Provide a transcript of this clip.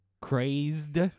Crazed